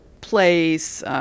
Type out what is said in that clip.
place